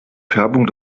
färbung